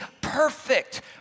perfect